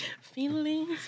Feelings